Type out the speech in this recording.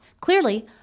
Clearly